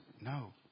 no